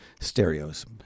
stereos